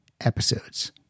episodes